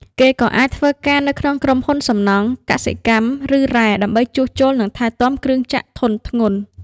គេក៏អាចធ្វើការនៅក្នុងក្រុមហ៊ុនសំណង់ កសិកម្ម ឬរ៉ែ ដើម្បីជួសជុល និងថែទាំគ្រឿងចក្រធុនធ្ងន់ ។